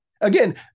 Again